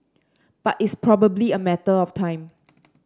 but it's probably a matter of time